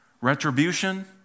retribution